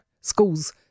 schools